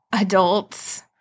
adults